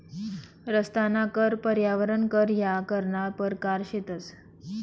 रस्ताना कर, पर्यावरण कर ह्या करना परकार शेतंस